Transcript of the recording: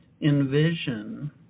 envision